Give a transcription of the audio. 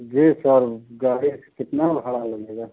जी sir गाड़ी का कितना भाड़ा लगेगा